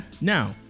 Now